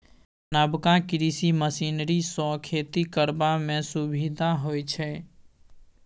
नबका कृषि मशीनरी सँ खेती करबा मे सुभिता होइ छै